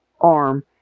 arm